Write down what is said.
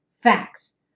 facts